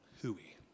hooey